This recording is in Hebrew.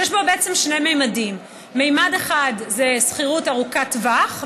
שיש בה בעצם שני ממדים: ממד אחד זה שכירות ארוכת טווח,